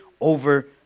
over